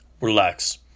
Relax